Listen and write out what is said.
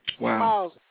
Wow